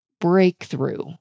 breakthrough